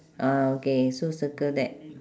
ah okay so circle that